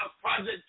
Project